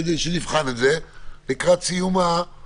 כדי שנוכל לבחון את זה ולדון בזה לקראת סיום החקיקה.